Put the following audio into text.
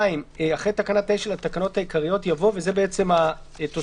אחרי תקנה 9 לתקנות העיקריות יבוא - זאת בעצם התוספת